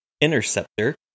Interceptor